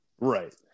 Right